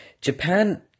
Japan